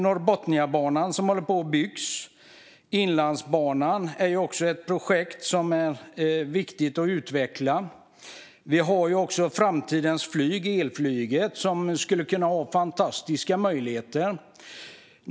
Norrbotniabanan byggs nu, och Inlandsbanan är också ett viktigt projekt att utveckla. Elflyget är framtidens flyg med fantastiska möjligheter.